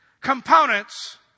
Components